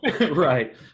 Right